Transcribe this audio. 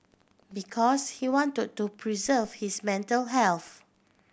because he want to to preserve his mental health